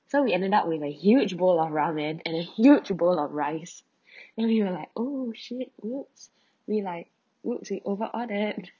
so we ended up with a huge bowl of ramen and a huge bowl of rice then we were like oh shit !oops! we like !oops! we over ordered